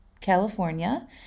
California